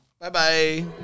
Bye-bye